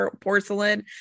porcelain